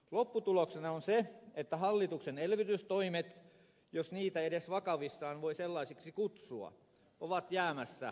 lopputuloksena on se että hallituksen elvytystoimet jos niitä edes vakavissaan voi sellaisiksi kutsua ovat jäämässä alimitoitetuiksi